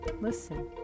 listen